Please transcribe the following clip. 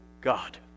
God